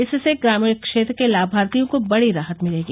इससे ग्रामीण क्षेत्र के लाभार्थियों को बड़ी राहत मिलेगी